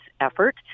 effort